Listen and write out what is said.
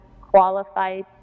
qualified